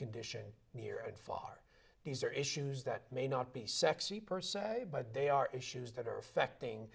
condition near and far these are issues that may not be sexy per se but they are issues that are affecting